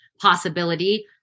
possibility